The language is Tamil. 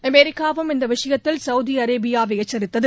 அமெரிக்காவும் இந்த விஷயத்தில் சவுதி அரேபியாவை எச்சரித்தது